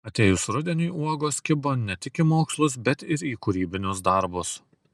atėjus rudeniui uogos kibo ne tik į mokslus bet ir į kūrybinius darbus